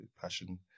passion